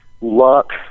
luck